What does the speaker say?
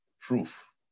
proof